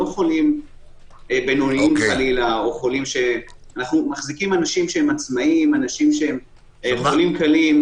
אנו מחזיקים אנשים עצמאיים, חולים קלים.